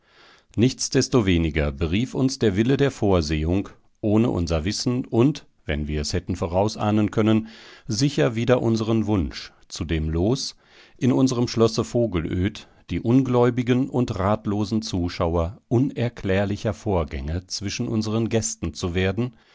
nichtsdestoweniger berief uns der wille der vorsehung ohne unser wissen und wenn wir es hätten vorausahnen können sicher wider unseren wunsch zu dem los in unserem schlosse vogelöd die ungläubigen und ratlosen zuschauer unerklärlicher vorgänge zwischen unseren gästen zu werden